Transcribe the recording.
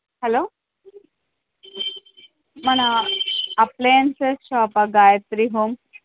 hello మన appliances షాప్పా Gayatri home